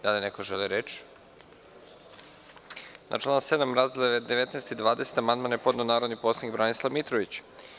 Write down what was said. Da li neko želi reč? (Ne.) Na član 7. razdele 19. i 20. amandman je podneo narodni poslanik Branislav Mitrović.